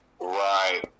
Right